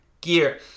gear